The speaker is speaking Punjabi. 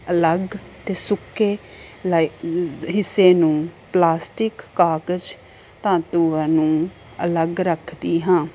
ਅਲੱਗ ਅਤੇ ਸੁੱਕੇ ਲਾਈ ਲ ਹਿੱਸੇ ਨੂੰ ਪਲਾਸਟਿਕ ਕਾਗਜ਼ ਧਾਤੂਆਂ ਨੂੰ ਅਲੱਗ ਰੱਖਦੀ ਹਾਂ